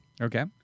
Okay